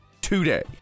today